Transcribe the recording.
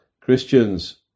Christians